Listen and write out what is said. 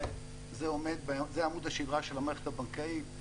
זה עמוד השדרה של המערכת הבנקאית.